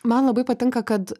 man labai patinka kad